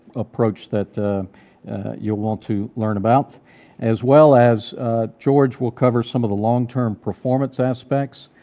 approach that you'll want to learn about as well as george will cover some of the longterm performance aspects,